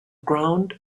ground